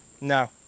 No